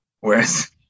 whereas